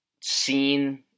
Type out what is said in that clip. seen